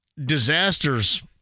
disasters